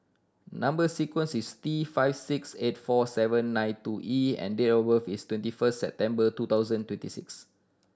number sequence is T five six eight four seven nine two E and date of birth is twenty first September two thousand and twenty six